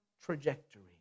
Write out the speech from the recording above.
trajectory